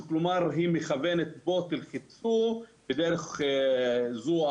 שכלומר היא מכוונת בואו תלחצו בדרך זו או